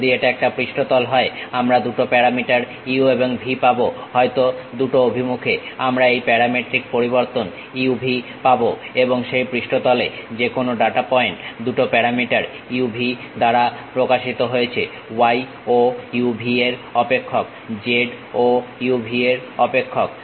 যদি এটা একটা পৃষ্ঠতল হয় আমরা দুটো প্যারামিটার u এবং v পাবো হয়তো দুটো অভিমুখে আমরা এই প্যারামেট্রিক পরিবর্তন u v পাবো এবং সেই পৃষ্ঠতলে যেকোনো ডাটা পয়েন্ট দুটো প্যারামিটার u v দ্বারা প্রকাশিত হয়েছে y ও u v এর অপেক্ষক z ও u v এর অপেক্ষক